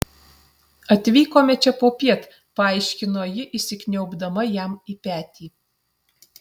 atvykome čia popiet paaiškino ji įsikniaubdama jam į petį